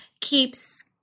keeps